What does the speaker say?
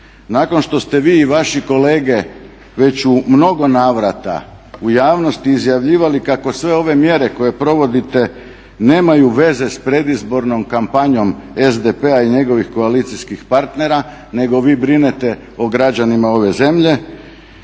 Nakon što ste vi i vaši kolege već u mnogo navrata u javnosti izjavljivali kako sve ove mjere koje provodite nemaju veze sa predizbornom kampanjom SDP-a i njegovih koalicijskih partnera nego vi brinete o građanima ove zemlje,